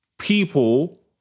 people